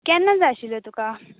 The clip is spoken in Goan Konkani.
केन्ना जाय आशिल्लें तुका